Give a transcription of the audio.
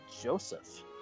Joseph